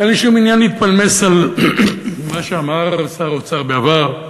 אין לי שום עניין להתפלמס על מה שאמר שר האוצר בעבר,